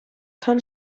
can